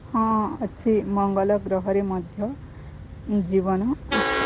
ହଁ ଅଛି ମଙ୍ଗଲ ଗ୍ରହରେ ମଧ୍ୟ ଜୀବନ ଅଛି